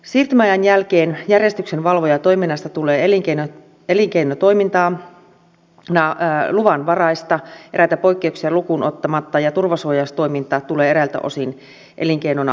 siirtymäajan jälkeen järjestyksenvalvojatoiminnasta tulee elinkeinotoimintana luvanvaraista eräitä poikkeuksia lukuun ottamatta ja turvasuojaustoiminta tulee eräiltä osin elinkeinona luvanvaraiseksi